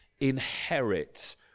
inherit